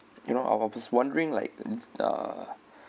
you know I was wondering like uh